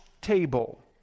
table